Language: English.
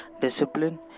Discipline